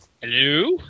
Hello